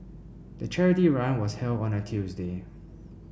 the charity run was held on a Tuesday